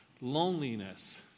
loneliness